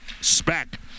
Spec